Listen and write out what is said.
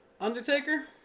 Undertaker